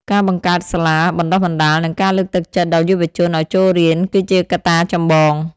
ការបង្កើតសាលាបណ្ដុះបណ្ដាល និងការលើកទឹកចិត្តដល់យុវជនឱ្យចូលរៀនគឺជាកត្តាចម្បង។